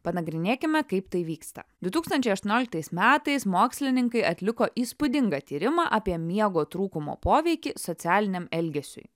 panagrinėkime kaip tai vyksta du tūkstančiai aštuonioliktais metais mokslininkai atliko įspūdingą tyrimą apie miego trūkumo poveikį socialiniam elgesiui